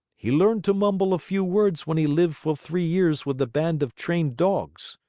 he learned to mumble a few words when he lived for three years with a band of trained dogs.